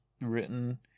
written